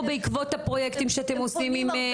או בעקבות הפרויקטים שאתם עושים עם ?